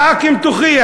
רק אם תוכיח.